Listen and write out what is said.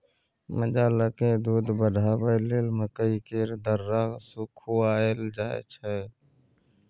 मालजालकेँ दूध बढ़ाबय लेल मकइ केर दर्रा खुआएल जाय छै